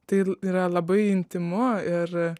tai yra labai intymu ir